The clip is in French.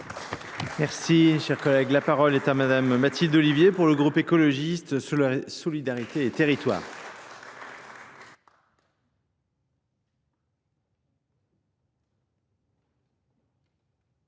Merci, chers collègues. La parole est à Madame Mathilde Olivier pour le groupe écologiste Solidarité et territoire.